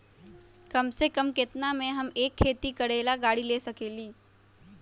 कम से कम केतना में हम एक खेती करेला गाड़ी ले सकींले?